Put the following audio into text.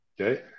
Okay